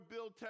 Bill